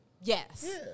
yes